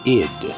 id